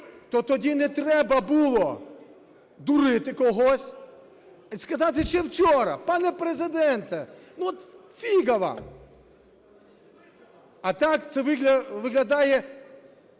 то тоді не треба було дурити когось і сказати ще вчора: "Пане Президенте, ну, от фіга вам!". А так це виглядає